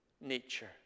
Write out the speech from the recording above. nature